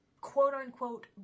quote-unquote